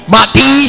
Mati